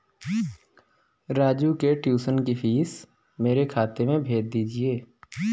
राजू के ट्यूशन की फीस मेरे खाते में भेज दीजिए